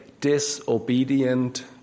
disobedient